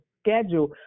schedule